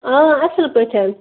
آ اَصٕل پٲٹھۍ